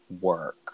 work